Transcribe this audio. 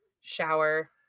shower